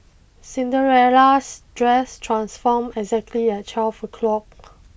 Cinderella's dress transformed exactly at twelve o'clock